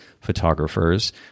photographers